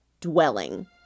dwelling